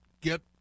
get